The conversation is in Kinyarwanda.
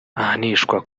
ahanishwa